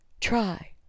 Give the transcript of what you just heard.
Try